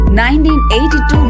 1982